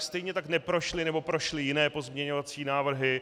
Stejně tak neprošly nebo prošly jiné pozměňovací návrhy.